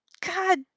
God